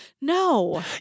no